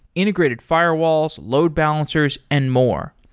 integrated firewalls, load balancers and more.